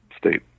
state